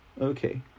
okay